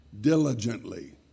diligently